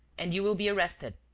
and you will be arrested.